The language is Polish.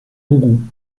mógł